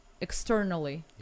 externally